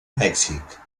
mèxic